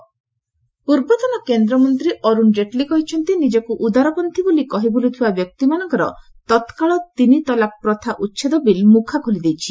ଜେଟ୍ଲୀ ତଲାକ୍ ପୂର୍ବତନ କେନ୍ଦ୍ରମନ୍ତ୍ରୀ ଅର୍ଚ୍ଚଣ କେଟ୍ଲୀ କହିଛନ୍ତି ନିଜକ୍ ଉଦାରପନ୍ନୀ ବୋଲି କହି ବ୍ୱଲ୍ରଥିବା ବ୍ୟକ୍ତିମାନଙ୍କର ତତ୍କାଳ ତିନି ତଲାକ୍ ପ୍ରଥା ଉଚ୍ଛେଦ ବିଲ୍ ମ୍ରଖା ଖୋଲିଦେଇଛି